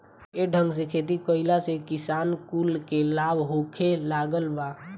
ये ढंग से खेती कइला से किसान कुल के लाभ होखे लागल बा